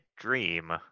dream